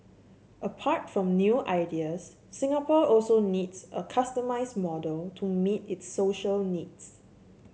apart from new ideas Singapore also needs a customised model to meet its social needs